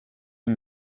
can